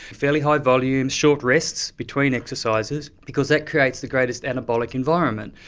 fairly high volumes, short rests between exercises, because that creates the greatest anabolic environment.